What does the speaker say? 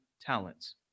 talents